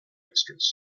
extras